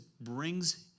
brings